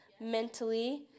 mentally